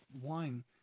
wine